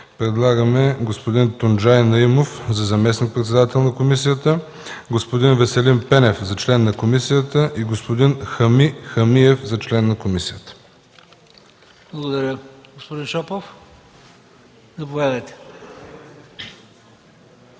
предлагаме господин Тунджай Наимов за заместник-председател на комисията, господин Веселин Пенев за член на комисията и господин Хами Хамиев за член на комисията. ПРЕДСЕДАТЕЛ ХРИСТО БИСЕРОВ: Благодаря.